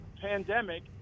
pandemic